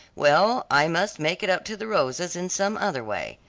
well, i must make it up to the rosas in some other way.